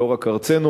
ולא רק ארצנו,